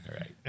right